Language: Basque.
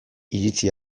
iritzi